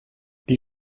die